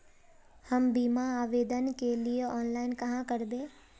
हम बीमा आवेदान के लिए ऑनलाइन कहाँ करबे?